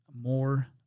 more